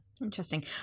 Interesting